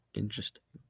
interesting